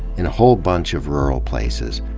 in a whole bunch of rural places,